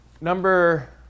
number